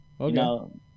Okay